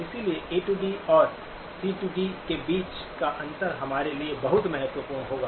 इसलिए A D AD और C डीCD के बीच का अंतर हमारे लिए बहुत महत्वपूर्ण होगा